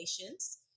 relations